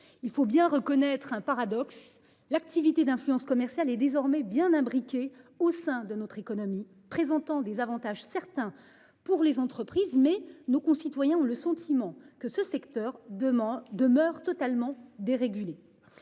Il faut bien reconnaître un paradoxe, l'activité d'influence commerciale est désormais bien imbriquées au sein de notre économie présentant des avantages certains. Pour les entreprises mais nos concitoyens ont le sentiment que ce secteur demain demeure totalement dérégulé.